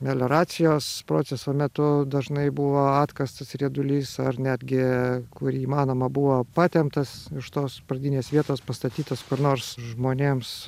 melioracijos proceso metu dažnai buvo atkastas riedulys ar netgi kur įmanoma buvo patemptas iš tos pradinės vietos pastatytas kur nors žmonėms